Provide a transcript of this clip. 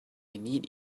need